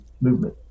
movement